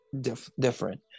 different